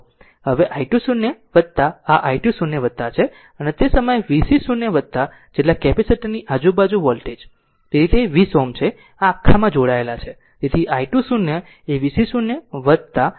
હવે i2 0 આ i2 0 છે અને તે સમયે vc 0 જેટલા કેપેસિટર ની આજુબાજુ વોલ્ટેજ તેથી તે 20 Ω છે આ આખામાં જોડાયેલ છે તેથી i2 0 એ vc 0 ભાગ્યા 20 છે